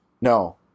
No